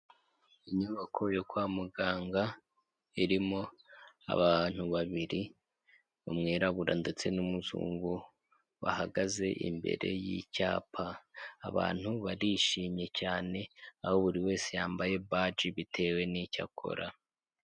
Inyubako yo kwa muganga irimo abantu babiri umwirabura ndetse n'umuzungu bahagaze imbere y'icyapa; abantu barishimye cyane aho buri wese yambaye baji bitewe n'icyo akora.